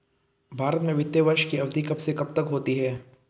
भारत में वित्तीय वर्ष की अवधि कब से कब तक होती है?